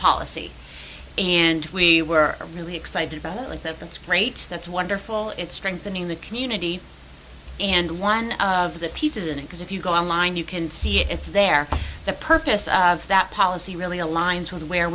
policy and we were really excited about it like that that's great that's wonderful it's strengthening the community and one of the pieces in it because if you go online you can see it's there for the purpose of that policy really aligns with where